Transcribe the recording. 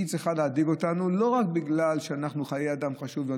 היא צריכה להדאיג אותנו לא רק בגלל שחיי אדם חשובים